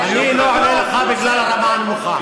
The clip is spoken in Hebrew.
אני לא אענה לך, בגלל הרמה הנמוכה.